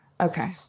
okay